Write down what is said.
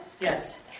Yes